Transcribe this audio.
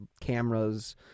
cameras